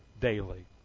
daily